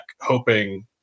hoping